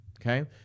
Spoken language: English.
okay